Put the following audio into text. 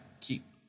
keep